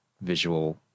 visual